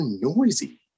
noisy